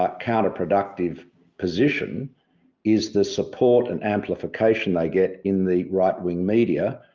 but counterproductive position is the support and amplification they get in the right wing media,